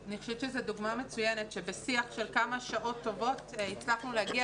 אני חושבת שזו דוגמה מצוינת שבשיח של כמה שעות טובות הצלחנו להגיע